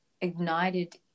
ignited